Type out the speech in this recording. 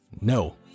No